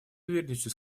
уверенностью